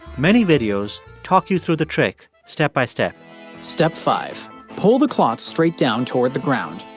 many videos talk you through the trick, step by step step five pull the cloth straight down toward the ground.